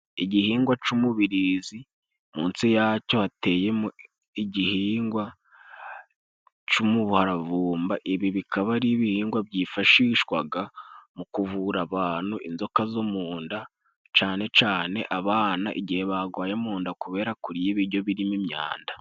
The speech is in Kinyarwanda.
Igihingwa c'umubirizi, munsi yaco hateyemo igihingwa c'umuharavumba. Ibi bikaba ari ibihingwa byifashishwaga mu kuvura abantu inzoka zo mu nda, cane cane abana igihe bagwaye mu nda kubera kurya ibiryo birimo imyanda.